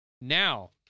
Now